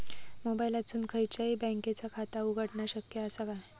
मोबाईलातसून खयच्याई बँकेचा खाता उघडणा शक्य असा काय?